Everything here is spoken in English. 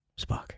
Spock